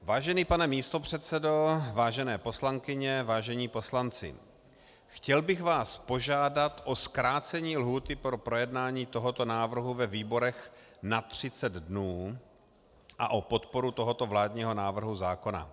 Vážený pane místopředsedo, vážené poslankyně, vážení poslanci, chtěl bych vás požádat o zkrácení lhůty pro projednání tohoto návrhu ve výborech na 30 dnů a o podporu tohoto vládního návrhu zákona.